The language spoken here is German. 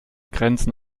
grenzen